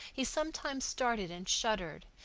he sometimes started and shuddered,